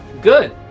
Good